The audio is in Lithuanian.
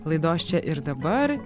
laidos čia ir dabar